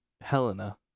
Helena